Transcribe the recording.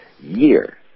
year